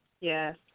Yes